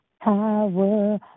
power